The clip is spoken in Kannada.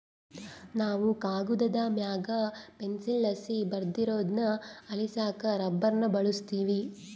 ನಾವು ಕಾಗದುದ್ ಮ್ಯಾಗ ಪೆನ್ಸಿಲ್ಲಾಸಿ ಬರ್ದಿರೋದ್ನ ಅಳಿಸಾಕ ರಬ್ಬರ್ನ ಬಳುಸ್ತೀವಿ